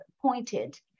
pointed